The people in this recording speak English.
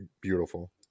beautiful